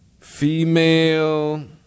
Female